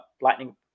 lightning